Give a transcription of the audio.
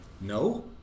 No